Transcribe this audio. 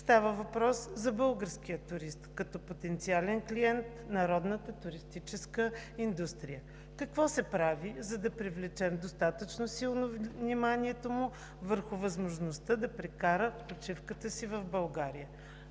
Става въпрос за българския турист като потенциален клиент на родната туристическа индустрия. Какво се прави, за да привлечем достатъчно силно вниманието му върху възможността да прекара почивката си в България?